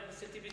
חבר הכנסת טיבי,